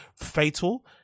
fatal